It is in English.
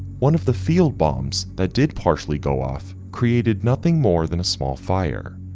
one of the field bombs that did partially go off created nothing more than a small fire,